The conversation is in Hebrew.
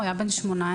הוא היה בן +18.